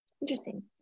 interesting